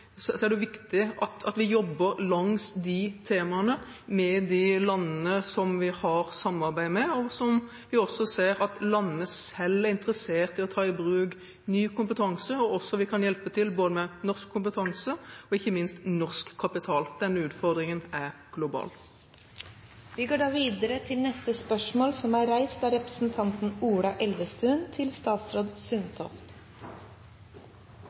er det viktig at vi jobber langs de temaene, med de landene som vi har samarbeid med, der vi også ser at landene selv er interessert i å ta i bruk ny kompetanse, og der vi også kan hjelpe til med norsk kompetanse og ikke minst med norsk kapital. Denne utfordringen er global. Jeg har gleden av å stille følgende spørsmål: «I regjeringens strategi for grønn konkurransekraft står det at framtidens næringer er